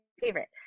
favorite